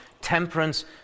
temperance